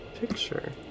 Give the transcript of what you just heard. picture